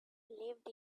lived